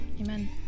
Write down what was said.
Amen